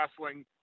wrestling